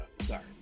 Sorry